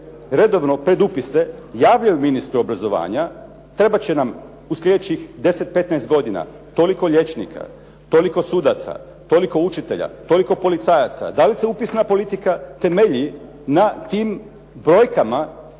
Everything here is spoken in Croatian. redovno pred upise javljaju ministru obrazovanja trebat će nam u sljedećih 10, 15 godina toliko liječnika, toliko sudaca, toliko učitelja, toliko policajaca. Da li se upisna politika temelji na tim brojkama